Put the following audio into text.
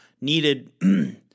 needed